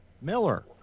Miller